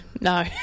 no